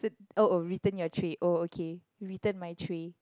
s~ oh oh return your tray oh okay return my tray